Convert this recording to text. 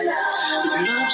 Love